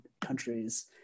countries